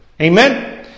Amen